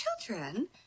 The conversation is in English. children